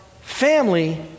family